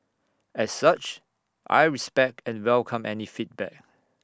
as such I respect and welcome any feedback